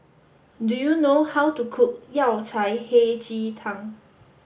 do you know how to cook Yao Cai Hei Ji Tang